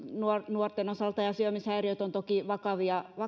nuorten osalta ja syömishäiriöt ovat toki vakavia